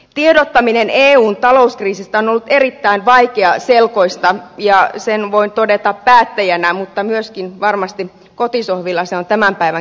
tiedottaminen eun talouskriisistä on ollut erittäin vaikeaselkoista ja sen voin todeta päättäjänä mutta myöskin varmasti kotisohvilla se on tämän päivän keskusteluistakin tullut ilmi